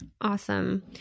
Awesome